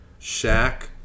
Shaq